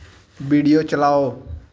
video चलाओ